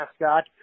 mascot